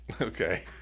Okay